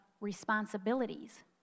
responsibilities